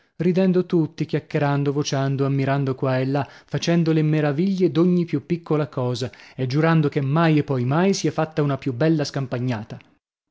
ridendo tutti chiacchierando vociando ammirando qua e là facendo le maraviglie d'ogni più piccola cosa e giurando che mai e poi mai si è fatta una più bella scampagnata